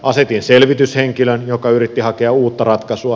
asetin selvityshenkilön joka yritti hakea uutta ratkaisua